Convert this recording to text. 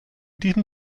diesem